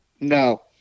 No